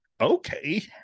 okay